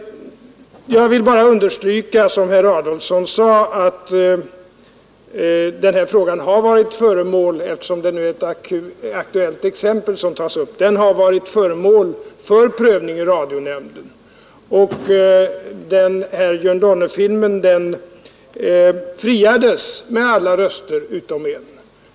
Eftersom ett aktuellt exempel nu tas upp, vill jag bara understryka att, som herr Adolfsson sade, den här frågan har varit föremål för prövning i radionämnden. Jörn Donner-filmen friades med alla röster utom en.